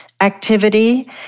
activity